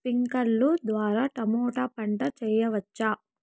స్ప్రింక్లర్లు ద్వారా టమోటా పంట చేయవచ్చా?